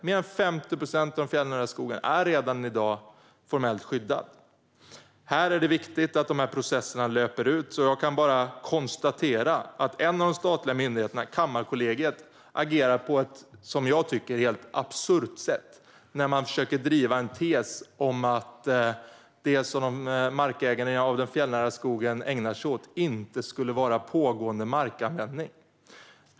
Mer än 50 procent av den fjällnära skogen är alltså redan i dag formellt skyddad. Här är det viktigt att processerna löper ut, och jag kan bara konstatera att en av de statliga myndigheterna, Kammarkollegiet, agerar på ett som jag tycker helt absurt sätt när man försöker driva tesen att det som ägarna av den fjällnära skogen ägnar sig åt inte skulle vara pågående markanvändning.